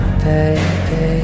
baby